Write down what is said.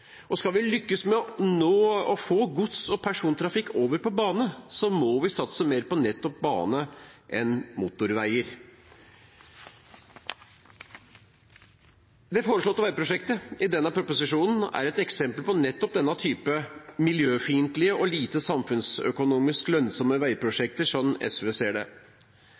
Norge. Skal vi lykkes med å få gods- og persontrafikk over på bane, må vi satse mer på nettopp bane enn motorveier. Det foreslåtte veiprosjektet i denne proposisjonen er et eksempel på nettopp denne typen miljøfiendtlige og lite samfunnsøkonomisk lønnsomme veiprosjekter, slik SV ser det.